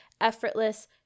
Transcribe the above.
effortless